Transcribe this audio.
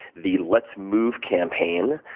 the let's move! campaign,